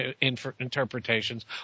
interpretations